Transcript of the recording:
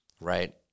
right